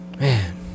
Man